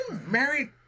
married